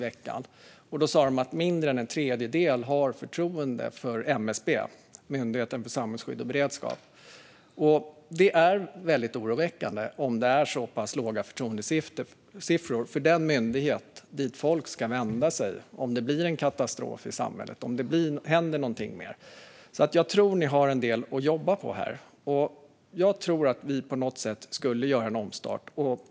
Den visade att mindre än en tredjedel har förtroende för MSB, Myndigheten för samhällsskydd och beredskap. Det är oroväckande med så pass låga förtroendesiffror för den myndighet som folk ska vända sig till vid en katastrof i samhället, om det händer något mer. Jag tror alltså att ni har en del att jobba på här. Jag tror att det på något sätt skulle behövas en omstart.